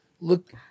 look